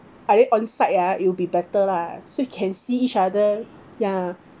I think on site ah it'll be better lah so you can see each other ya